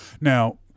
Now